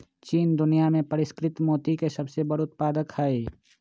चीन दुनिया में परिष्कृत मोती के सबसे बड़ उत्पादक हई